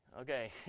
Okay